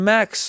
Max